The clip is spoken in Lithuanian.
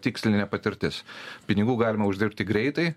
tikslinė patirtis pinigų galima uždirbti greitai